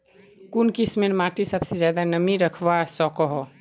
कुन किस्मेर माटी सबसे ज्यादा नमी रखवा सको हो?